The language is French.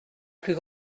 plus